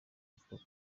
avuga